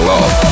Love